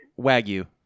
Wagyu